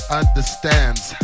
understands